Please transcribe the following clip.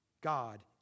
God